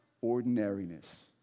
ordinariness